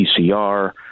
PCR